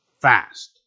fast